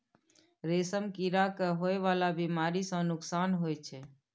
रेशम कीड़ा के होए वाला बेमारी सँ नुकसान होइ छै